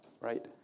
right